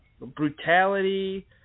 brutality